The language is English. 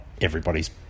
everybody's